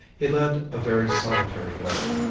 he led a very solitary life,